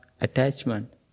Attachment